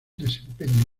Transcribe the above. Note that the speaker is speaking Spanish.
desempeño